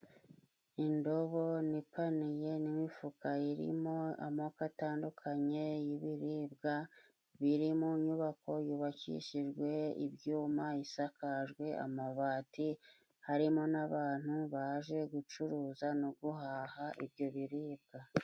Indobo n'ipaniye n'imifuka irimo amoko atandukanye y'ibiribwa, biri mu nyubako yubakishijwe ibyuma isakajwe amabati harimo n'abantu baje gucuruza no guhaha ibyo biribwa.